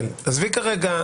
נוסח.